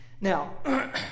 Now